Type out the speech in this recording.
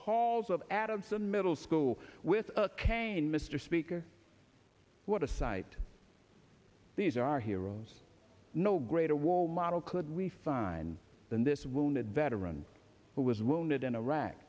halls of addison middle school with a cane mr speaker what a sight these are our heroes no greater war model could we find than this wounded veteran who was wounded in iraq